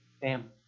family